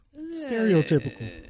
Stereotypical